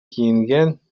киенгән